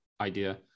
idea